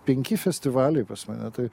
penki festivaliai pas mane tai